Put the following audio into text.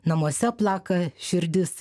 namuose plaka širdis